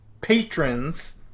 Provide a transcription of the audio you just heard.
patrons